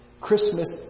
Christmas